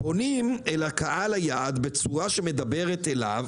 פונים לקהל היעד בצורה שמדברת אליו